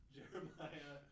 Jeremiah